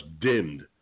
dimmed